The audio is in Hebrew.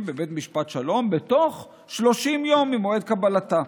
בבית משפט שלום בתוך 30 יום ממועד קבלתה.